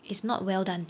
it's not well done